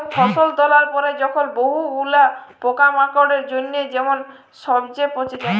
ফসল তোলার পরে যখন বহু গুলা পোকামাকড়ের জনহে যখন সবচে পচে যায়